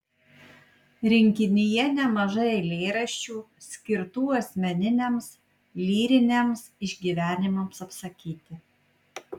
rinkinyje nemažai eilėraščių skirtų asmeniniams lyriniams išgyvenimams apsakyti